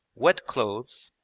wet clothes,